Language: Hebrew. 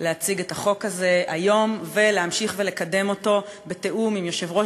להציג את החוק הזה היום ולהמשיך ולקדם אותו בתיאום עם יושב-ראש